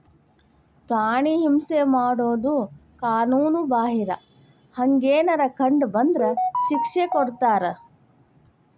ಪ್ರಾಣಿ ಹಿಂಸೆ ಮಾಡುದು ಕಾನುನು ಬಾಹಿರ, ಹಂಗೆನರ ಕಂಡ ಬಂದ್ರ ಶಿಕ್ಷೆ ಕೊಡ್ತಾರ